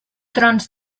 trons